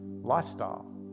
lifestyle